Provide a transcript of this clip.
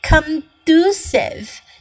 conducive